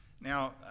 Now